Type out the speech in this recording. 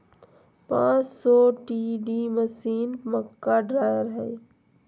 पांच सौ TD machine, मक्का ड्रायर हइ